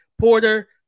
Porter